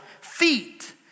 feet